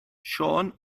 siôn